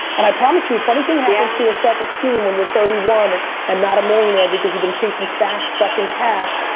and i promise you, a funny thing happens to your self-esteem when you're thirty one and not a millionaire because you've been chasing fast fucking cash,